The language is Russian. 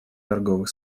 торговых